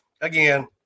again